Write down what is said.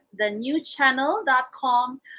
thenewchannel.com